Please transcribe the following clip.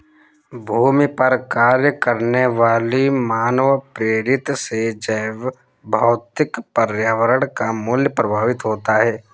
भूमि पर कार्य करने वाली मानवप्रेरित से जैवभौतिक पर्यावरण का मूल्य प्रभावित होता है